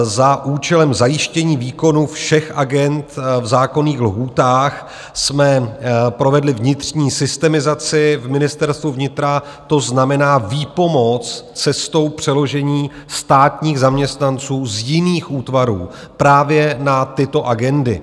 Za účelem k zajištění výkonu všech agend v zákonných lhůtách jsme provedli vnitřní systemizaci v Ministerstvu vnitra, to znamená výpomoc cestou přeložení státních zaměstnanců z jiných útvarů právě na tyto agendy.